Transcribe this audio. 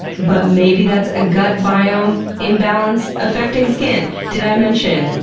but maybe that's a gut biome imbalance affecting skin? did i mention,